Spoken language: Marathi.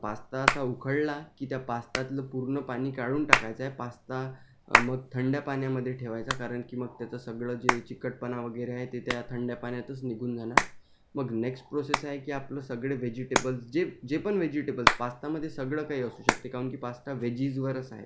पास्ता असा उकळला की त्या पास्त्यातलं पूर्ण पाणी काढून टाकायचं आहे पास्ता मग थंड पाण्यामध्ये ठेवायचा कारण की मग त्याचं सगळं जे चिकटपणा वगैरे आहे ते त्या थंड पाण्यातच निघून जाणार मग नेक्स्ट प्रोसेस आहे की आपलं सगळे व्हेजिटेबल जे जे पण व्हेजिटेबल पास्त्यामध्ये सगळं काही असू शकते कारण की पास्ता व्हेजिजवरच आहे